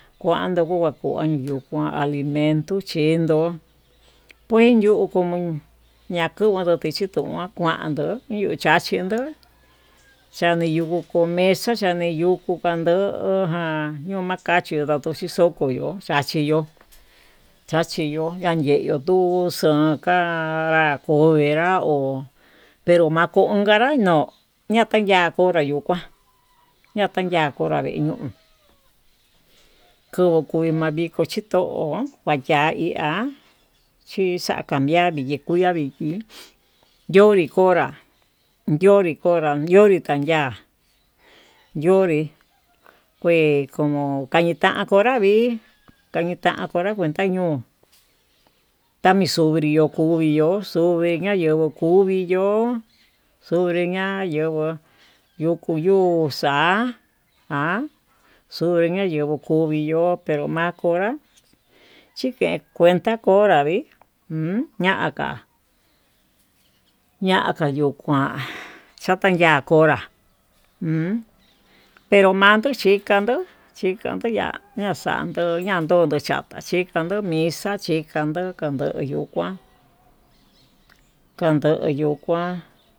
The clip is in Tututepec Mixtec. Kuando kuyuu ko'o kuan alimento chí, kendo kuenyu kukumin ñakoyo tichutu kuandu iho chachin ndó chaniyungu komexa chaniyungu kandó, jan ndio makachi kande xhixoto ihó chiyo chachiyo yañii yeyuu tuu xaxonká konguera ho, pero makunkanrá no'o ñakan ya'a konra yuu kuan ya'a taya konra vee ñun kobo'o ko'o mayito chito'o kuu ya'a ihá, chixa'a cambiar minikuya vichí yonri konra yonri kanya'a yonre kue tañita vii, kañitan hora kuenta ñuu tamii xobrio kuvii yo'o kuvi xanyenguo kuvii yo'o sobre ña'a yenguó yoko yuu xa'a, ha xovii ña'a yenguó kovii yo'ó pero ma'a njonrá chiken kuenta konra vii uun ña'a ka'a, ñaka yuu kuán chata ya'a konrá umm pero mando chikanró chikando ya'a xando ya'a koko chapa chikando misa chikando kando yuu kuá kando yuu kuá.